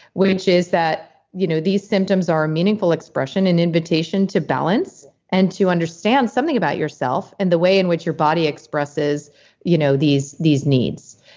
which is that you know these symptoms are a meaningful expression, an invitation to balance and to understand something about yourself and the way in which your body expresses you know these these needs.